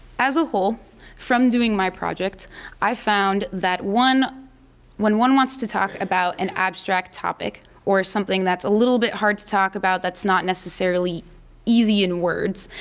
as a whole from doing my project i found that one when one wants to talk about an abstract topic or something that's a little bit hard to talk about that's not necessarily easy in words,